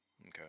Okay